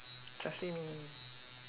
sashimi